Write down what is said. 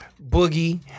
Boogie